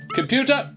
Computer